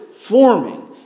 forming